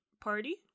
Party